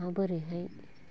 माबोरैहाय